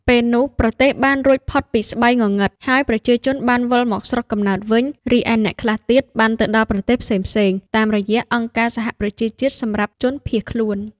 ពេលនោះប្រទេសបានរួចផុតពីស្បៃងងឹត ហើយប្រជាជនបានវិលមកស្រុកកំណើតវិញ រីឯអ្នកខ្លះទៀតបានទៅដល់ប្រទេសផ្សេងៗ តាមរយះអង្គការសហប្រជាជាតិសម្រាប់ជនភៀសខ្លួន។